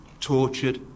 tortured